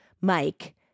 Mike